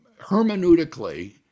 hermeneutically